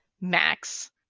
Max